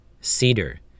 Cedar